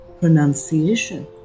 pronunciation